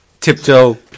Tiptoe